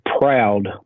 proud